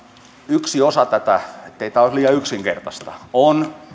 yksi osa tätä ettei tämä olisi liian yksinkertaista on